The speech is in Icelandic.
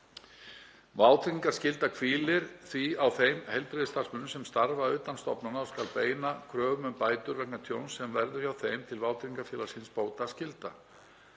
Vátryggingarskylda hvílir því á þeim heilbrigðisstarfsmönnum sem starfa utan stofnana og skal beina kröfum um bætur vegna tjóns sem verður hjá þeim til vátryggingafélags hins bótaskylda.